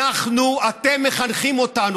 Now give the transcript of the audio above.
אתם מחנכים אותנו.